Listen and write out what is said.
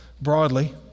broadly